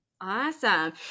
Awesome